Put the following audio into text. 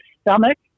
stomach